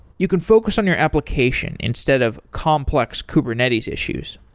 you can focus on your application instead of complex kubernetes issues.